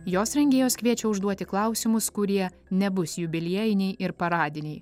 jos rengėjos kviečia užduoti klausimus kurie nebus jubiliejiniai ir paradiniai